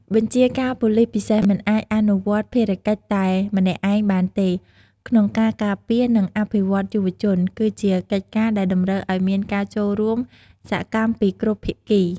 បញ្ជាការប៉ូលិសពិសេស មិនអាចអនុវត្តភារកិច្ចតែម្នាក់ឯងបានទេ ក្នុងការការពារ និងអភិវឌ្ឍយុវជន គឺជាកិច្ចការដែលតម្រូវឲ្យមានការចូលរួមសកម្មពីគ្រប់ភាគី។